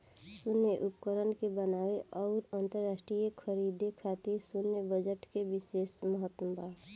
सैन्य उपकरण के बनावे आउर अंतरराष्ट्रीय खरीदारी खातिर सैन्य बजट के बिशेस महत्व बा